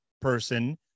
person